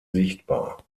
sichtbar